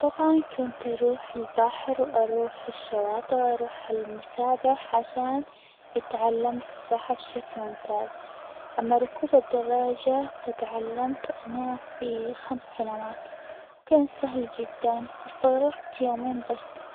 طبعًا كنت أروح البحر، وأروح الشواطئ، وأروح المسابح عشان أتعلم السباحة بشكل ممتاز، أما ركوب الدراجة فتعلمت وأنا في خمس سنوات، وكان سهل جدًا، استغرقت يومين بس.